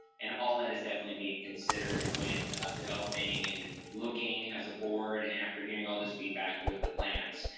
and all that is definitely being considered when developing and looking as a board, and after hearing all this feedback with the plans.